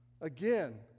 again